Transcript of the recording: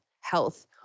health